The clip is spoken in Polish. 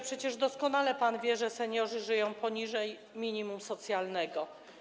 Przecież doskonale pan wie, że seniorzy żyją poniżej minimum socjalnego.